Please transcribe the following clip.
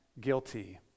guilty